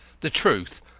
the truth,